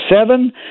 seven